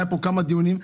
היו פה כמה דיונים.